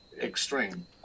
extreme